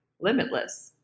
Limitless